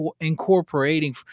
incorporating